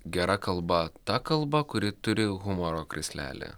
gera kalba ta kalba kuri turi humoro krislelį